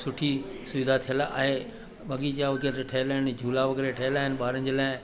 सुठी सुविधा थियल आहे बगीचा हुते ठहियल आहिनि झूला वग़ैरह ठहियल आहिनि ॿारनि जे लाइ